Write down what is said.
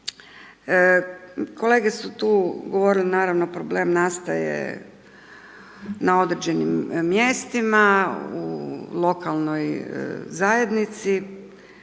Kolege su tu govorili, naravno problem nastaje na određenim mjestima, u lokalnoj zajednici,